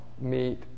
meet